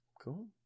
Cool